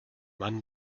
mann